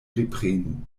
reprenu